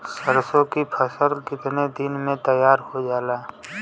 सरसों की फसल कितने दिन में तैयार हो जाला?